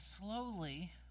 slowly